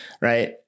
Right